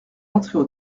entrait